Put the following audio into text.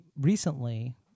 recently